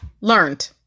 learned